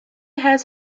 has